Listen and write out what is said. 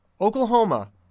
Oklahoma